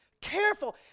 Careful